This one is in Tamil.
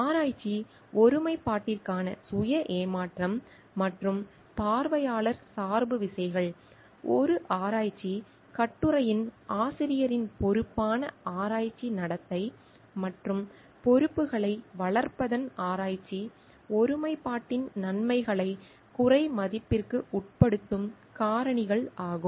ஆராய்ச்சி ஒருமைப்பாட்டிற்கான சுய ஏமாற்றம் மற்றும் பார்வையாளர் சார்பு விசைகள் ஒரு ஆராய்ச்சி கட்டுரையின் ஆசிரியரின் பொறுப்பான ஆராய்ச்சி நடத்தை மற்றும் பொறுப்புகளை வளர்ப்பதன் ஆராய்ச்சி ஒருமைப்பாட்டின் நன்மைகளை குறைமதிப்பிற்கு உட்படுத்தும் காரணிகள் ஆகும்